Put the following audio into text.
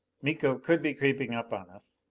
miko could be creeping up on us.